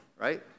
right